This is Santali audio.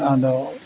ᱟᱫᱚ